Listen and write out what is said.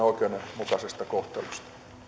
oikeudenmukaisesta kohtelusta